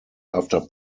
after